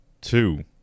two